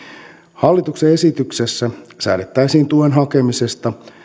hallituksen esityksessä säädettäisiin tuen hakemisesta